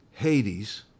Hades